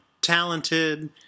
talented